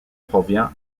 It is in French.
provient